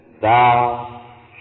Thou